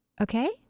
Okay